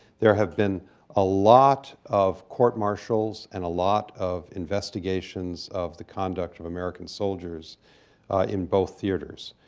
there have been a lot of court martials and a lot of investigations of the conduct of american soldiers in both theaters.